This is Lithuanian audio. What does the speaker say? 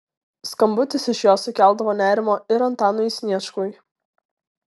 skambutis iš jos sukeldavo nerimo ir antanui sniečkui